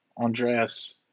Andreas